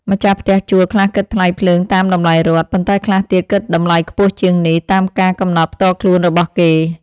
ម្ចាស់ផ្ទះជួលខ្លះគិតថ្លៃភ្លើងតាមតម្លៃរដ្ឋ ប៉ុន្តែខ្លះទៀតគិតតម្លៃខ្ពស់ជាងនេះតាមការកំណត់ផ្ទាល់ខ្លួនរបស់គេ។